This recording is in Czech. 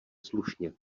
slušně